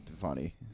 funny